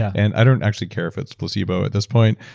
and i don't actually care if it's placebo at this point,